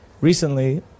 recently